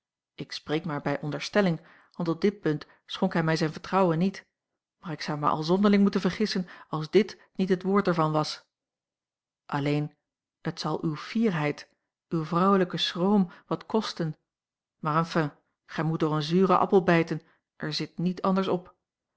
een omweg maar bij onderstelling want op dit punt schonk hij mij zijn vertrouwen niet maar ik zou mij al zonderling moeten vergissen als dit niet het woord er van was alleen het zal uwe fierheid uw vrouwelijke schroom wat kosten maar enfin gij moet door een zuren appel bijten er zit niet anders op